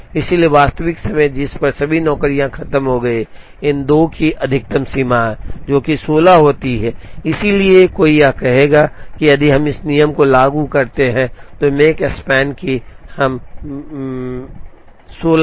इसलिए वास्तविक समय जिस पर सभी नौकरियां खत्म हो गई हैं इन 2 की अधिकतम सीमा है जो कि 16 होती है इसलिए कोई यह कहेगा कि यदि हम इस नियम को लागू करते हैं तो Makespan कि हम मिल 16 है